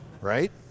right